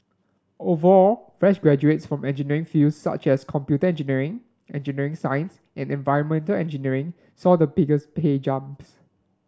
overall fresh graduates from engineering fields such as computer engineering engineering science and environmental engineering saw the biggest pay jumps